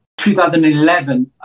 2011